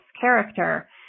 character